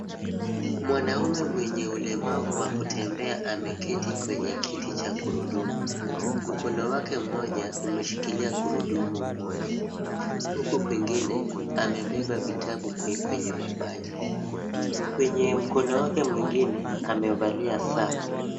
Mwanamume mwenye ulemavu wa kutembea ameketi kwenye kiti cha gurudumu. Mkono wake mmoja umeshikilia gurudumu moja, huku kwingine amebeba vitabu kwenye mapaja. Kwenye mkono wake mwingine amevalia saa.